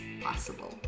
possible